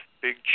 big